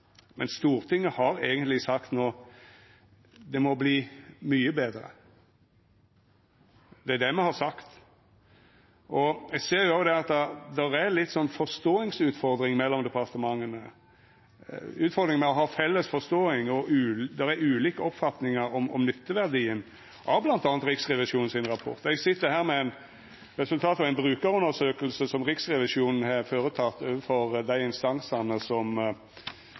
Det er det me har sagt. Eg ser òg at det er litt utfordringar mellom departementa, utfordringar med å ha felles forståing, for det er ulike oppfatningar om nytteverdien av bl.a. Riksrevisjonens rapport. Eg sit her med resultatet av ei brukarundersøking som Riksrevisjonen har føreteke overfor dei instansane som